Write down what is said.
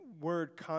word